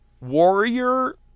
Warrior